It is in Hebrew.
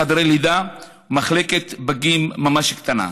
ויש להם תשעה חדרי לידה ומחלקת פגים ממש קטנה.